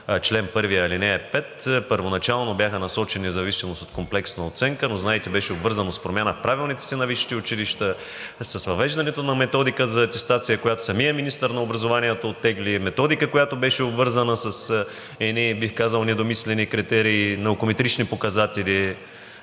чл. 1, ал. 5 и първоначално бяха насочени в зависимост от комплексната оценка, но знаете, беше обвързано с промяна в правилниците на висшите училища, с въвеждането на методика за атестация, която самият министър на образованието оттегли – методика, която беше обвързана с едни, бих казал, недомислени критерии, наукометрични показатели,